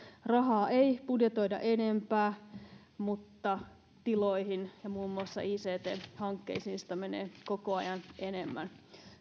rahaa ei budjetoida enempää mutta tiloihin ja muun muassa ict hankkeisiin sitä menee koko ajan enemmän